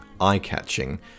eye-catching